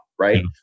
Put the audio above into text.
Right